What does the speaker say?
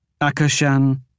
Akashan